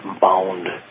bound